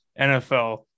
NFL